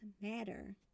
matter